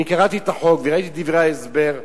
קראתי את החוק ואת דברי ההסבר.